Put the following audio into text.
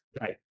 Right